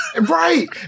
Right